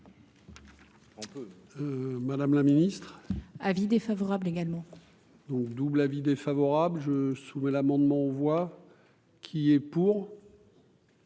madame la Ministre avis défavorable également. Donc double avis défavorable je soumets l'amendement voix. Qui est pour.